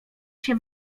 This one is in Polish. się